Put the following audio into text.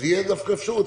אז תהיה דווקא אפשרות.